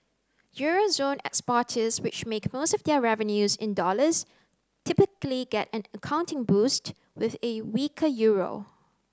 euro zone exporters which make most of their revenues in dollars typically get an accounting boost with a weaker euro